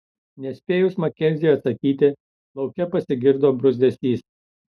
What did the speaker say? nespėjus makenziui atsakyti lauke pasigirdo bruzdesys